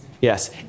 Yes